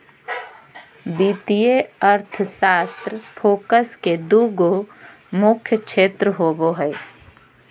वित्तीय अर्थशास्त्र फोकस के दू गो मुख्य क्षेत्र होबो हइ